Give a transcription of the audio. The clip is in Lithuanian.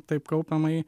taip kaupiamąjį